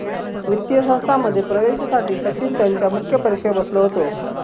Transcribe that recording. वित्तीय संस्थांमध्ये प्रवेशासाठी सचिन त्यांच्या मुख्य परीक्षेक बसलो होतो